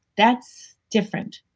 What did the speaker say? that's different.